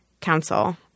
council